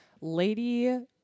Lady